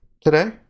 today